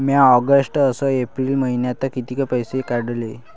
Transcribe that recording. म्या ऑगस्ट अस एप्रिल मइन्यात कितीक पैसे काढले?